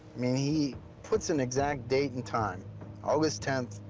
mean, he puts an exact date and time august tenth,